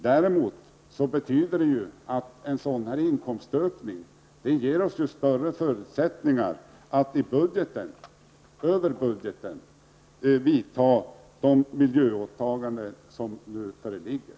Däremot ger en sådan inkomstökning oss större förutsättningar att via budgeten uppfylla de miljöåtaganden som nu föreligger.